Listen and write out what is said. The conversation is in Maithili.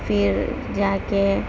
फिर जाकऽ